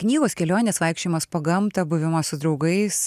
knygos kelionės vaikščiojimas po gamtą buvimas su draugais